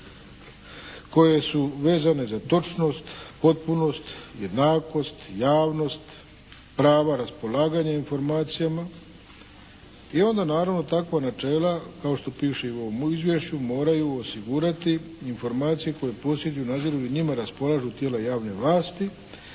koje su vezane za točnost, potpunost, jednakost, javnost, prava raspolaganja informacijama i onda naravno takva načela kao što piše i u ovomu izvješću moraju osigurati informacije koje posjeduju, nadziru i njima raspolažu tijela javne vlasti